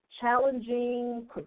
challenging